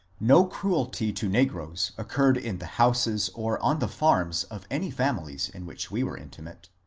no cruelty to negroes occurred in the houses or on the farms of any families in which we were intimate.